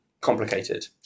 complicated